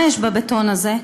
מה יש בבטון הזה?